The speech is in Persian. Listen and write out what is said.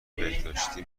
بهداشتی